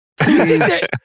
Please